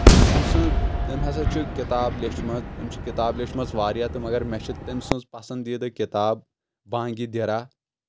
تٔمۍ سٕنٛز تٔمۍ ہسا چھِ کِتاب لیٚچھمٕژ تٔمۍ چھِ کِتاب لیٚچھمژ واریاہ تہٕ مگر مےٚ چھِ تٔمۍ سٕنٛز پسنٛدیٖدٕ کِتاب بانگی دِرا